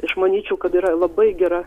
aš manyčiau kad yra labai gera